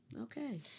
Okay